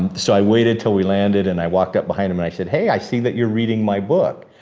and so, i waited till we landed and i walked up behind him and i said, hey, i see that you're reading my book.